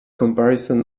comparison